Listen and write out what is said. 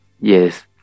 Yes